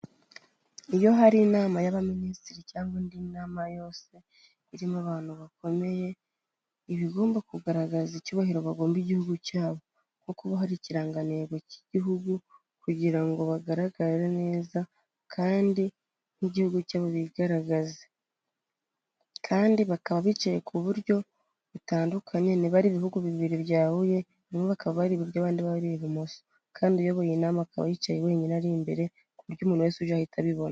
Iyo hari inama y'abaminisitiri cyangwa indi nama yose irimo abantu bakomeye, iba igomba kugaragaza icyubahiro bagomba igihugu cyabo, nko kuba hari ikirangantego cy'igihugu kugira ngo bagaragare neza, kandi n'igihugu cyabo bigaragaze, kandi bakaba bicaye ku buryo butandukanye; niba ari ibihugu bibiri byahuye bamwe bakaba bari iburyo, abandi bari ibumoso, kandi uyoboye inama akaba yicaye wenyine ari imbere, ku buryo umuntu wese uje ahita abibona.